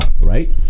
right